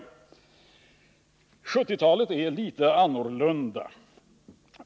1970-talet är litet annorlunda.